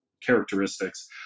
characteristics